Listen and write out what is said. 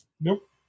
Nope